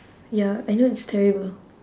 ya I know it's terrible